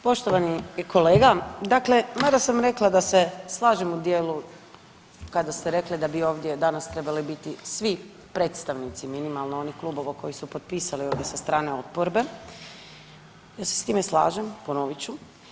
Poštovani kolega, dakle mada sam rekla da se slažem u dijelu kada ste rekli da bi ovdje danas trebali biti svi predstavnici minimalno onih klubova koji su potpisali ovdje sa strane oporbe, ja se sa time slažem, ponovit ću.